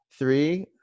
Three